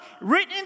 written